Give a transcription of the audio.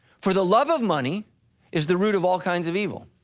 for the love of money is the root of all kinds of evil.